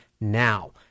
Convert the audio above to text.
now